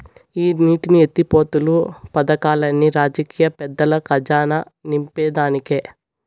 ఈ నీటి ఎత్తిపోతలు పదకాల్లన్ని రాజకీయ పెద్దల కజానా నింపేదానికే